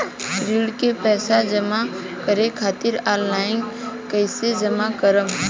ऋण के पैसा जमा करें खातिर ऑनलाइन कइसे जमा करम?